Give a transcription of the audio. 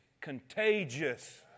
contagious